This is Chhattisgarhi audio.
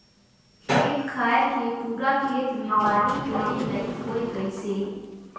खेत खायर के पूरा खेत मे पानी टेंड़े लईक होए गइसे